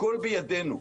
הכול בידנו.